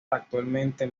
actualmente